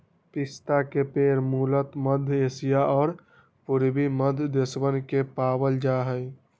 पिस्ता के पेड़ मूलतः मध्य एशिया और पूर्वी मध्य देशवन में पावल जा हई